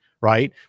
Right